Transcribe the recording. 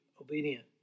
obedient